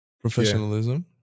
professionalism